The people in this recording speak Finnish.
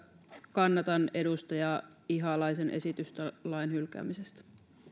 kannatan edustaja ihalaisen esitystä lain hylkäämisestä